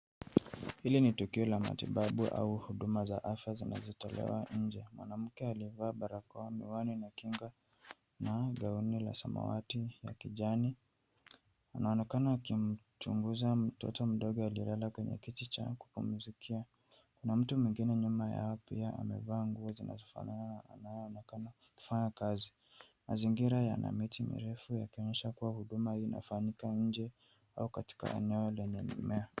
Hili ni tukio la matibabu au huduma za afya zinazotolewa nje. Mwanamke aliyevaa barakoa, miwani na kinga na gauni la samawati ya kijani anaonekana akimchunguza mtoto mdogo aliyelala kwenye kiti cha kupumzikia. Kuna mtu mwingine nyuma pia amevaa nguo zinazofanana na anayeonekana kufanya kazi. Mazingira yana miti mirefu yakaonyesha kuwa huduma hii inafanyika nje au katika eneo lenye mimea.